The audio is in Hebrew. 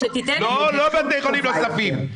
לא בתי חולים נוספים.